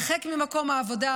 הרחק ממקום העבודה,